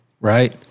right